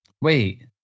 Wait